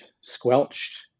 squelched